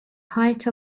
height